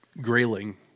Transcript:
grayling